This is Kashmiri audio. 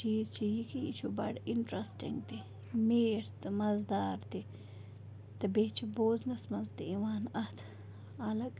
چیٖز چھِ یہِ کہِ یہِ چھُ بَڑٕ اِنٹرٛسٹِنٛگ تہِ میٖٹھ تہٕ مَزٕدار تہِ تہٕ بیٚیہِ چھِ بوزنَس منٛز تہِ یِوان اَتھ اَلگ